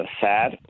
sad